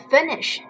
Finish